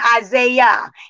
Isaiah